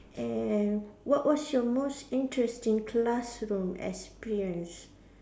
and what what's your most interesting classroom experience